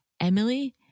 Emily